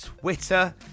Twitter